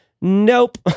nope